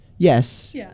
Yes